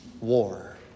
war